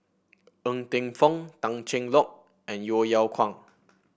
Ng Teng Fong Tan Cheng Lock and Yeo Yeow Kwang